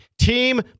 Team